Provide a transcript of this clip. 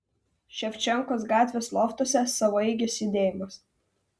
ševčenkos gatvės loftuose savaeigis judėjimas